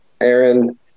aaron